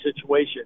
situation